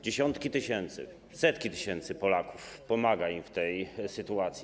Dziesiątki tysięcy, setki tysięcy Polaków pomaga im w tej sytuacji.